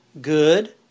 good